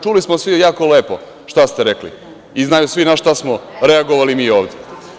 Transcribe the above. Čuli smo svi jako lepo šta ste rekli i znaju svi na šta smo reagovali mi ovde.